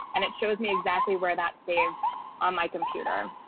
and it shows me exactly where that saved on my computer.